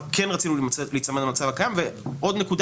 זה